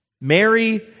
Mary